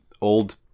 old